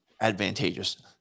advantageous